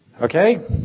Okay